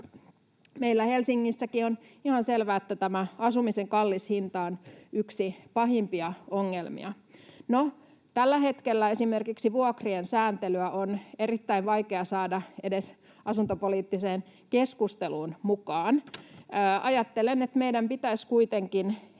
Meillä Helsingissäkin on ihan selvää, että asumisen kallis hinta on yksi pahimpia ongelmia. Tällä hetkellä esimerkiksi vuokrien sääntelyä on erittäin vaikea saada edes asuntopoliittiseen keskusteluun mukaan. Ajattelen, että meidän pitäisi kuitenkin